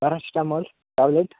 paracetamol tablet